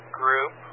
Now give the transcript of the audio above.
group